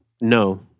No